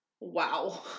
Wow